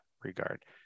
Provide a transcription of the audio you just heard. regard